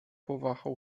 powahał